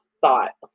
thought